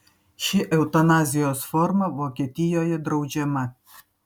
ši eutanazijos forma vokietijoje draudžiama